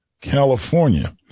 California